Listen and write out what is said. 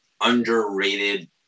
underrated